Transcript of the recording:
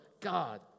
God